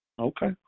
Okay